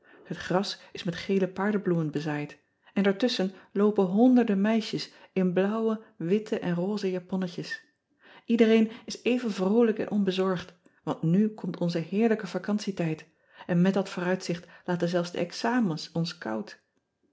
et gras is met gele paardebloemen bezaaid en daartusschen loopen honderden meisjes in blauwe witte en roze japonnetjes edereen is even vroolijk en onbezorgd want nu komt onze heerlijke vacantietijd en met dat vooruitzicht laten zelfs de examens ons koud